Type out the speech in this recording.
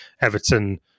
everton